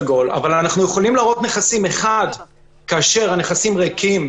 אנחנו יכולים להראות את הנכסים כאשר הם ריקים,